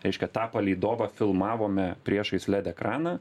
reiškia tą palydovą filmavome priešais led ekraną